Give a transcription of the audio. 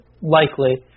likely